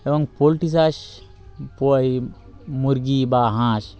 এবং পোল্ট্রি চাষ বই মুরগি বা হাঁস